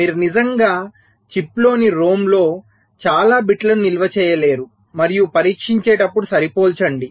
మీరు నిజంగా చిప్లోని ROM లో చాలా బిట్లను నిల్వ చేయలేరు మరియు పరీక్షించేటప్పుడు సరిపోల్చండి